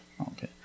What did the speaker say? Okay